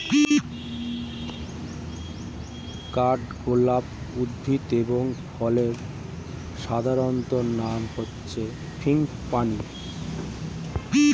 কাঠগোলাপ উদ্ভিদ এবং ফুলের সাধারণ নাম হচ্ছে ফ্রাঙ্গিপানি